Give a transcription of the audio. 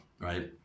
right